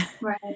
right